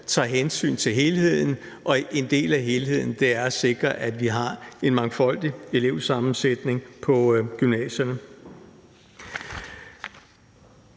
tager hensyn til helheden. Og en del af helheden er at sikre, at vi har en mangfoldig elevsammensætning på gymnasierne.